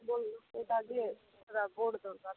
ଏଇଟା ଦିଏ ଯେ ପୁରା ବଡ଼ ଦରକାର